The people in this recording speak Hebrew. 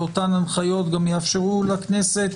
ואותן הנחיות גם יאפשרו לכנסת